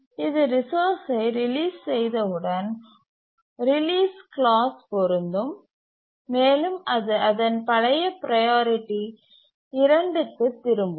இது ரிசோர்ஸ்சை ரிலீஸ் செய்தவுடன் ரிலீஸ் க்ளாஸ் பொருந்தும் மேலும் அது அதன் பழைய ப்ரையாரிட்டி 2 க்கு திரும்பும்